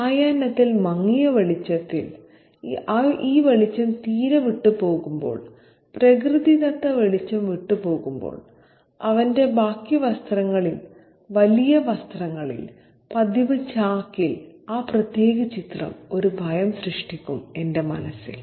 സായാഹ്നത്തിൽ മങ്ങിയ വെളിച്ചത്തിൽ ഈ വെളിച്ചം തീരെ വിട്ടുപോകുമ്പോൾ പ്രകൃതിദത്ത വെളിച്ചം വിട്ടുപോകുമ്പോൾ അവന്റെ ബാഗി വസ്ത്രങ്ങളിൽ വലിയ വസ്ത്രങ്ങളിൽ പതിവ് ചാക്കിൽ ആ പ്രത്യേക ചിത്രം ഒരു ഭയം സൃഷ്ടിക്കും എന്റെ മനസ്സിൽ